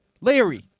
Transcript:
Larry